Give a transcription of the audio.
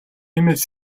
тиймээс